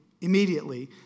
immediately